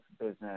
business